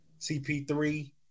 CP3